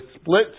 split